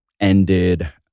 ended